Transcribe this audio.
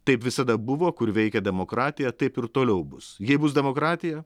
taip visada buvo kur veikia demokratija taip ir toliau bus jei bus demokratija